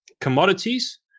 Commodities